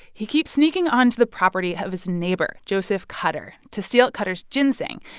he keeps sneaking onto the property of his neighbor, joseph kutter, to steal kutter's ginseng.